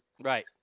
Right